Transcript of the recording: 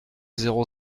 zéro